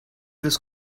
this